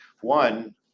One